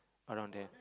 around there